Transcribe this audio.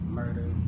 murder